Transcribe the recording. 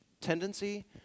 tendency